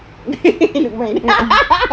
luqman